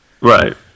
Right